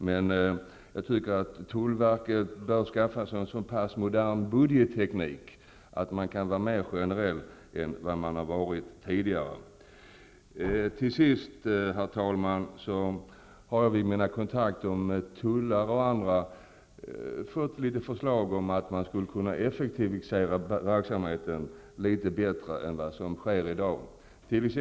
Men jag tycker att tullverket bör skaffa sig en så pass modern budgetteknik att man kan vara mera rationell än vad man har varit tidigare. Herr talman! Vid mina kontakter med tullare och andra har jag fått förslag om att man skulle kunna effektivisera verksamheten litet bättre än vad som sker i dag.